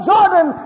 Jordan